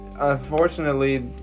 Unfortunately